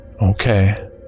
Okay